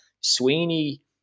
Sweeney